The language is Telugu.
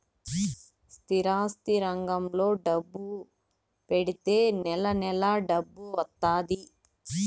స్థిరాస్తి రంగంలో డబ్బు పెడితే నెల నెలా డబ్బు వత్తాది